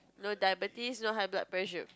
no diabetes no high blood pressure